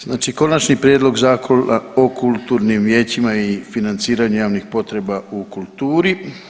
Znači Konačni prijedlog Zakona o kulturnim vijećima i financiranje javnih potreba u kulturi.